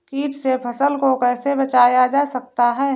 कीट से फसल को कैसे बचाया जाता हैं?